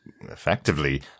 effectively